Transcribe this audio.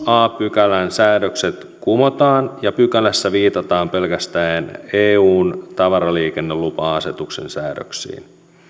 a pykälän säädökset kumotaan ja pykälässä viitataan pelkästään eun tavaraliikennelupa asetuksen säädöksiin